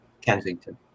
Kensington